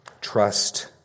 trust